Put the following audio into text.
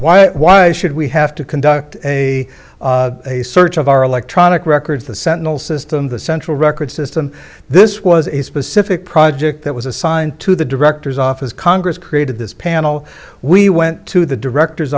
why why should we have to conduct a search of our electronic records the sentinel system the central records system this was a specific project that was assigned to the director's office congress created this panel we went to the director